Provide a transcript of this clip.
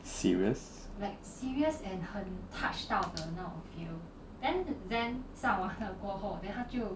serious